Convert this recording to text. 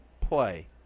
play